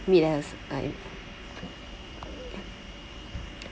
meet as I